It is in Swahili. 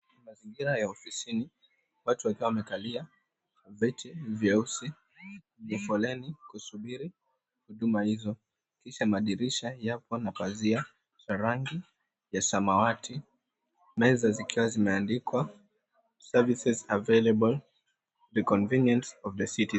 Mazingira ya ofisini watu wakiwa wamekalia benji vieusi ya foleni kusubiri huduma hizo. Kisha madirisha yako na pazia za rangi ya samawati. Meza zikiwa zimeandikwa, Services Available The Convenience Of The City.